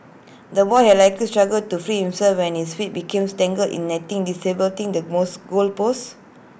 the boy had likely struggled to free himself when his feet became tangled in netting destabilising the most goal post